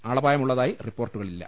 ആളപായമുള്ളതായി റിപ്പോർട്ടുകളില്ല